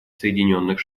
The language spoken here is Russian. соединенных